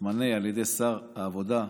מתמנה על ידי שר העבודה,